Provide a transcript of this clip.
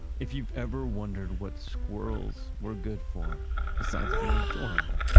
if you've ever wondered what squirrels were good for besides being adorable,